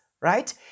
right